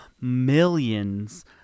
millions